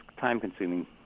time-consuming